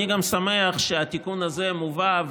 אני גם שמח שהתיקון הזה מובא,